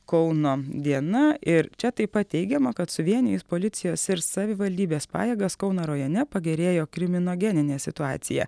kauno diena ir čia taip pat teigiama kad suvienijus policijos ir savivaldybės pajėgas kauno rajone pagerėjo kriminogeninė situacija